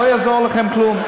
לא יעזור לכם כלום.